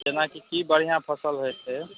जेनाकि की बढ़िआँ फसल होइ छै